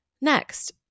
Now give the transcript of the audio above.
Next